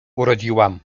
urodziłam